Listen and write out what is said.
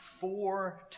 four